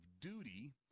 duty